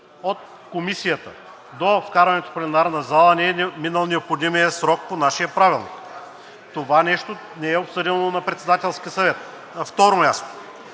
от Комисията до вкарването в пленарната зала не е минал необходимият срок по нашия Правилник. Това нещо не е обсъдено на Председателски съвет. На второ място,